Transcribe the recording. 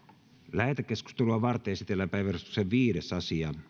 lähetekeskustelua varten esitellään päiväjärjestyksen viides asia